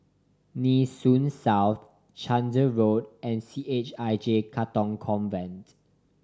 Nee Soon South Chander Road and C H I J Katong Convent